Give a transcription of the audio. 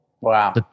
Wow